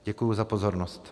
Děkuji za pozornost.